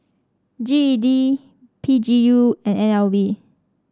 G E D P G U and N L B